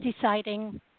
deciding